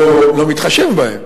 הוא לא מתחשב בהם,